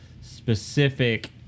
specific